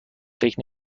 فکر